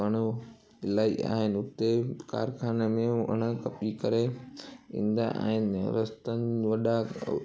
पाणू इलाही आहिनि उते कारखाने में उन कपी करे ईंदा आहिनि रस्तनि वॾा